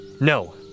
No